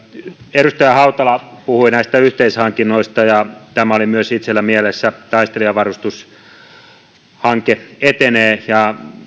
edustaja hautala puhui näistä yhteishankinnoista ja tämä oli myös itselläni mielessä taistelijavarustushanke etenee ja